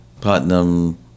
Putnam